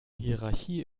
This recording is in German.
hierarchie